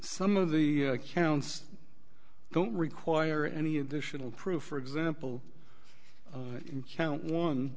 some of the counts don't require any additional proof for example in count one